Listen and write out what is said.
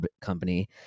company